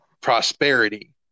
prosperity